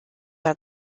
were